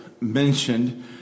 mentioned